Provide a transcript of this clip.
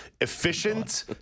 Efficient